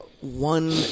one